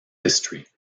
history